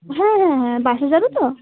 হ্যাঁ হ্যাঁ হ্যাঁ বাসে যাবে তো